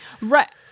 Right